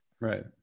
Right